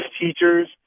teachers